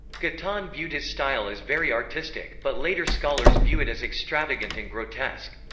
guittone viewed his style as very artistic, but later scholars view it as extravagant and grotesque.